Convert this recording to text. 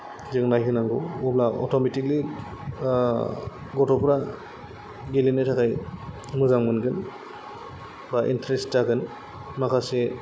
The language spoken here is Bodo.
जों नायहोनांगौ अब्ला अट'मेतिकलि गथ'फोरा गेलेनो थाखाय मोजां मोनगोन बा इनथ्रेस्त जागोन माखासे